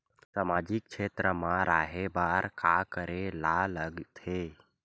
सामाजिक क्षेत्र मा रा हे बार का करे ला लग थे